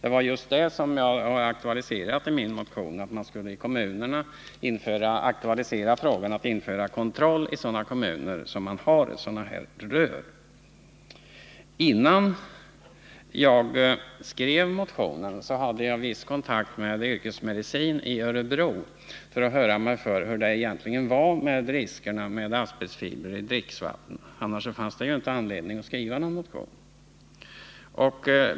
I min motion föreslog jag just att man skall aktualisera frågan om att införa kontroll i sådana kommuner som har rör av denna typ nedlagda. Innan jag skrev motionen hade jag viss kontakt med yrkesmedicinska kliniken i Örebro för att höra efter hur det egentligen var med riskerna med asbestfibrer i dricksvatten. Om det inte förelåg några risker, fanns det ju inte anledning att skriva någon motion.